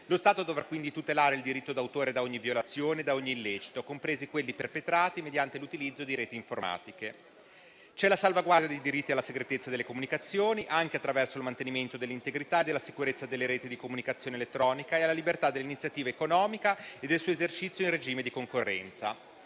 Lo Stato dovrà quindi tutelare il diritto d'autore da ogni violazione e da ogni illecito, compresi quelli perpetrati mediante l'utilizzo di reti informatiche. C'è la salvaguardia dei diritti alla segretezza delle comunicazioni, anche attraverso il mantenimento dell'integrità e della sicurezza delle reti di comunicazione elettronica, e alla libertà dell'iniziativa economica e del suo esercizio in regime di concorrenza.